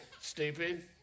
stupid